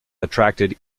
attracted